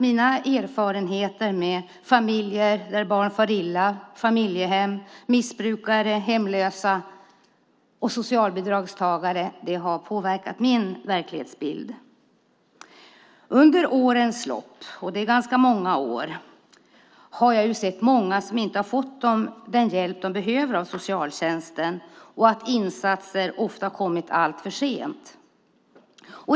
Mina erfarenheter av familjer där barn far illa, familjehem, missbrukare, hemlösa och socialbidragstagare har naturligtvis påverkat min verklighetsbild. Under årens lopp - det är ganska många år - har jag sett många som inte har fått den hjälp de behövt av socialtjänsten, och insatser har ofta kommit alltför sent.